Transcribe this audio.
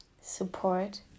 support